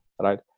right